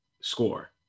score